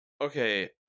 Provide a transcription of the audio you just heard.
okay